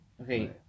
Okay